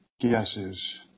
guesses